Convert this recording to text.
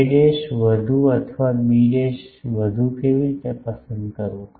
a વધુ અથવા B વધુ કેવી રીતે પસંદ કરવું